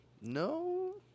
No